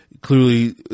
Clearly